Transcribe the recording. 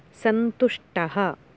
सन्तुष्टः